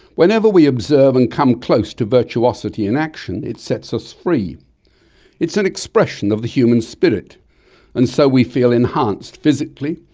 whenever we observe and come close to virtuosity in action, it sets us free it's an expression of the human spirit and so we feel enhanced, physically,